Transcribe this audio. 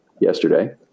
yesterday